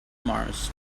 mars